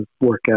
workout